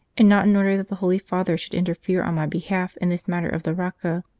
and not in order that the holy father should interfere on my behalf in this matter of the rocca.